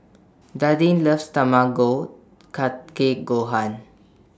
Dallin loves Tamago Kake Gohan